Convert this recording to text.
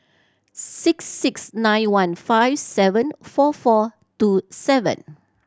six six nine one five seven four four two seven